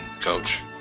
coach